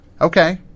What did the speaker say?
okay